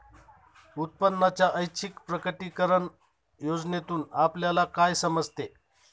उत्पन्नाच्या ऐच्छिक प्रकटीकरण योजनेतून आपल्याला काय समजते?